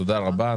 תודה רבה.